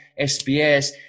SBS